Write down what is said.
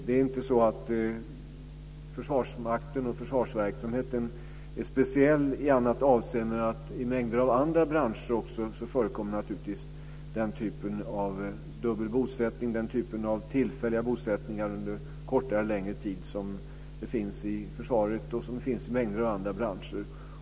Det är inte så att Försvarsmakten och försvarsverksamheten är speciell i annat avseende än att i mängder av andra branscher så förekommer naturligtvis den typen av dubbel bosättning, den typen av tillfälliga bosättningar under kortare och längre tid som förekommer i försvaret och i mängder av andra branscher.